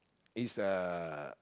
is uh